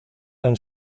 han